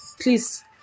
please